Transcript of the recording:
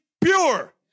pure